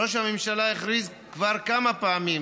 ראש הממשלה הכריז כבר כמה פעמים